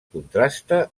contrasta